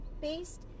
based